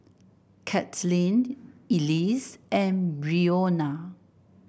Kaitlynn Elease and Breonna